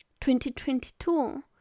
2022